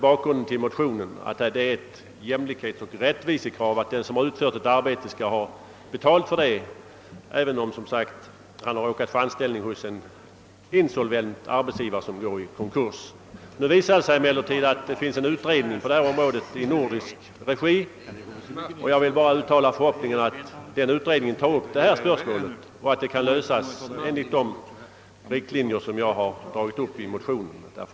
Bakgrunden till motionen är ett jämlikhetsoch rättvisekrav, att den som har utfört ett arbete skall ha betalt för det, även om han råkat ta anställning hos en insolvent arbetsgivare som går i konkurs. Nu visar det sig emellertid att det pågår en utredning på detta område i nordisk regi. Jag uttalar bara förhoppningen, att den utredningen tar upp detta spörsmål och att det kan lösas enligt de riktlinjer som jag har dragit upp i motionen.